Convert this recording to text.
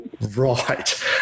right